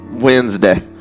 wednesday